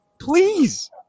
please